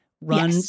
run